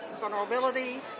vulnerability